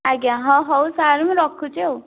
ଆଜ୍ଞା ହଁ ହଉ ସାର୍ ମୁଁ ରଖୁଛି ଆଉ